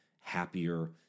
happier